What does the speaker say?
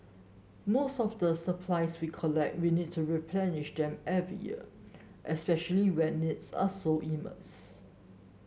most of the supplies we collect we need to replenish them every year especially when needs are so immense